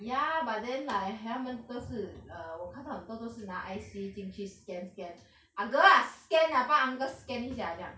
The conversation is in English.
ya but then like 他们都是 err 我看到很多都是拿 I_C 进去 scan scan ah girl ah scan ah 帮 uncle scan 一下这样